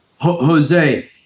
Jose